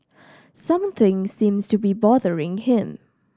something seems to be bothering him